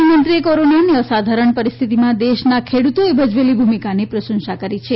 પ્રધાનમંત્રીએ કોરોનાની અસાધારણ પરિસ્થિતિમાં દેશના ખેડૂતોએ ભજવેલી ભૂમિકાની પ્રશંસા કરી છે